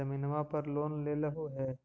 जमीनवा पर लोन लेलहु हे?